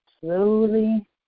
slowly